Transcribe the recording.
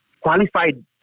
Qualified